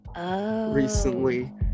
recently